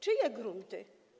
Czyje grunty?